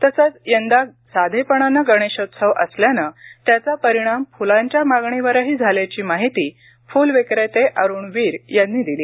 तसंच यंदा साधेपणानं गणेशोत्सव असल्याने त्याचा परिणाम फुलांच्या मागणीवरही झाल्याची माहिती फुल विक्रेते अरुण वीर यांनी दिली